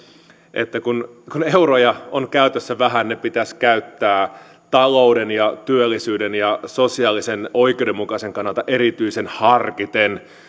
että kun kun euroja on käytössä vähän ne pitäisi käyttää talouden ja työllisyyden ja sosiaalisen oikeudenmukaisuuden kannalta erityisen harkiten